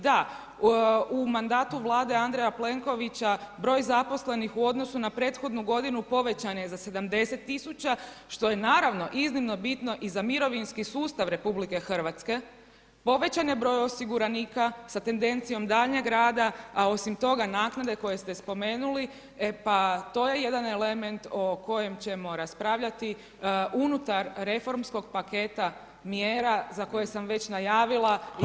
Da, u mandatu Vlade Andreja Plenkovića broj zaposlenih u odnosu na prethodnu godinu povećan je za 70 tisuća što je naravno iznimno bitno i za mirovinski sustav RH, povećan je broj osiguranika sa tendencijom daljnjeg rada a osim toga naknade koje ste spomenuli, e pa to je jedan element o kojem ćemo raspravljati unutar reformskog paketa mjera za koje sam već najavila.